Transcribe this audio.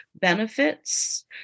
benefits